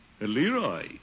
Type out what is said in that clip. Leroy